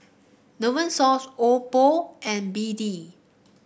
Novosource Oppo and B D